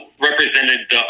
represented